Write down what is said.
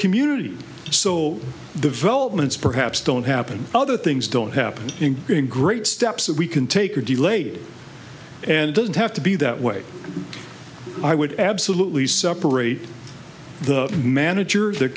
community so the veltman perhaps don't happen other things don't happen in great steps that we can take or delayed and doesn't have to be that way i would absolutely separate the manager